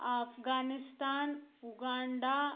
Afghanistan Uganda